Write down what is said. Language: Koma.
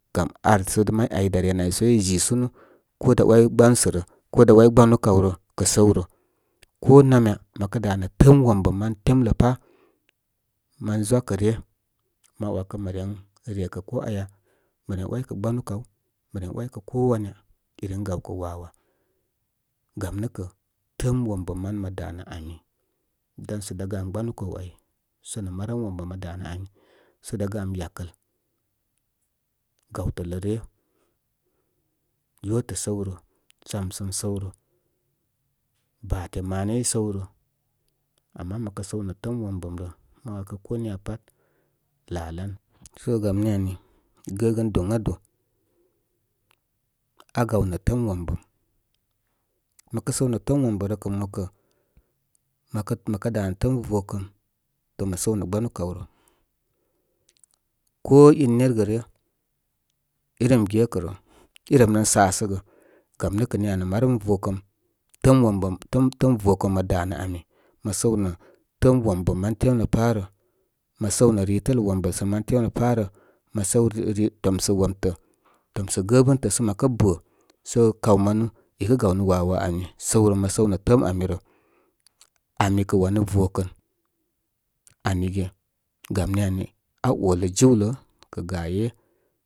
Gam arsə may dá renə áy ga i zɨ sunu, ko dá 'way gbansərə, ko dá ‘way gbanu kaw rə kə səw rə. Ko namya mə kə danə təəm wombəm mantemlə pá, man zwa kə ryə, ma ‘wakə mə ren rekə ko aya mə ren ‘wakə gbanu kaw, mə ren ‘wakə ko wanya iren gaw kə wawa. Gam nə kə təəm wombəm man mə danə ami, dansə dá gam gbanu kaw áyo sə nə marəm wom bəm mə dá nə ami sə dá gam yakəl gaw təl rə ryə. Yotə səw rə sam səm səw rə, bate maane i səw rə. Ama məkə səw nə təəm wom bəm rə, ma ‘wakə ko niya pat laa lan. So gam ni ami gəgən doŋado, aa gaw nə təəm wom bəm. Mə kə səw nə təəm wom bəm rə kə mokə mə kə, mə kə mə kə danə təəm vokəm, to məsəw nə gbanu kaw rə. Ko in nergə ryə, irem gekərə. Irem ren sasə gə. Gam nə kə niya nə marəm vokəm. Təəm wombəm, təəm vokəm mə danə ami. Mə səw nə təəm wombəm man temlə pá rə. mə səw nə ritələ wombəl sə man temlə pá rə. Mə səw riri tomsə womtə, tomsə gəbəntə sə məkə bə sə kaw manu ikə gawnə wawa ani səw rə, mə səw nə təəm ami rə. Ami kə wanu vokən. Amige gam ni ani aa olə jiwlə kə gaye.